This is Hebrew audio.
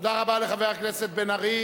תודה רבה לחבר הכנסת בן-ארי.